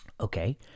Okay